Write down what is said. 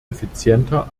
effizienter